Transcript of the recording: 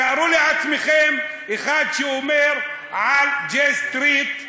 תארו לעצמכם אחד שאומר על ג'יי סטריט,